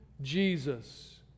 Jesus